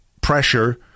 pressure